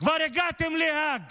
כבר הגעתם להאג